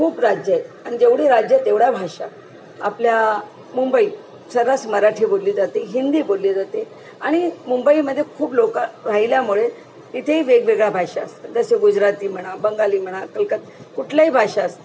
खूप राज्यं आहेत अन जेवढी राज्यं आहेत तेवढ्या भाषा आपल्या मुंबईत सर्रास मराठी बोलली जाते हिंदी बोलली जाते आणि मुंबईमध्ये खूप लोकं राहिल्यामुळे इथे वेगवेगळ्या भाषा असतात जसे गुजराती म्हणा बंगाली म्हणा कलक कुठल्याही भाषा असतात